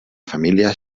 família